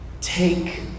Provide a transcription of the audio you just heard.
Take